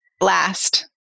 last